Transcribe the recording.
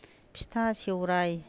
फिथा सौवराय